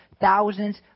thousands